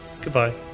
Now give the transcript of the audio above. Goodbye